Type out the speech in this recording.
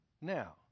Now